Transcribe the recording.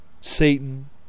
Satan